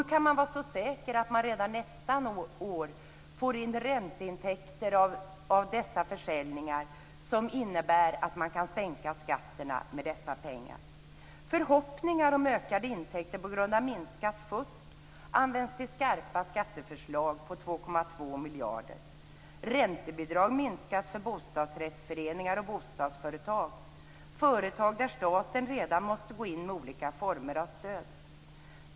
Hur kan man vara så säker att man redan nästa år får in ränteintäkter från dessa försäljningar som innebär att man kan sänka skatterna? Förhoppningar om ökade intäkter tack vare minskat fusk används till skarpa skatteförslag på 2,2 miljarder. Räntebidragen minskas för bostadsrättsföreningar och bostadsföretag - företag där staten redan måste gå in med olika former av stöd.